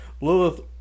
Lilith